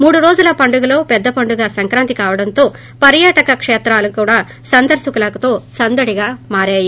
మూడు రోజుల పండుగలో పెద్ద పండుగ సంక్రాంతి కావడంతో పర్యాటక కేత్రాలు కూడా సందర్పకులతో సందడిగా మారాయి